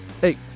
Hey